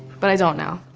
but i don't now.